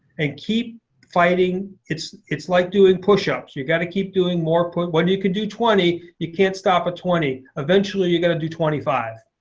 and keep fighting it's it's like doing push-ups. you got to keep doing more. when you can do twenty, you can't stop at twenty. eventually you're going to do twenty five.